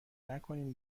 نکنین